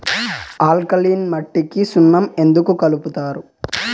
alkaline మట్టికి సున్నం ఎందుకు కలుపుతారు